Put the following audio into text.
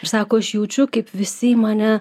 ir sako aš jaučiu kaip visi į mane